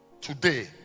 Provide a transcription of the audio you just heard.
today